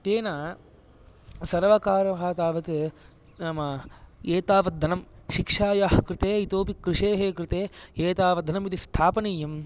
तेन् सर्वकारः तावत् नाम एतावत् धनं शिक्षायाः कृते इतोऽपि कृषेः कृते एतावत् धनम् इति स्थापनीयम्